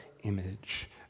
image